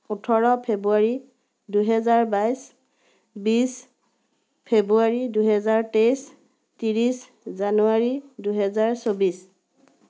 ওঠৰ ফেব্ৰুৱাৰী দুহেজাৰ বাইছ বিছ ফেব্ৰুৱাৰী দুহেজাৰ তেইছ ত্ৰিছ জানুৱাৰী দুহেজাৰ চৌব্বিছ